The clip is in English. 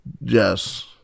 Yes